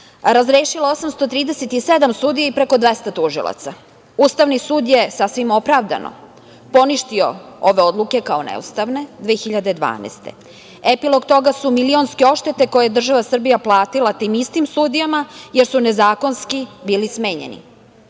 razrešila 837 sudija i preko 200 tužilaca. Ustavni sud je sasvim opravdano poništio ove odluke kao neustavne 2012. godine. Epilog toga su milionske odštete koje je država Srbija platila tim istim sudijama, jer su nezakonski bili smenjeni.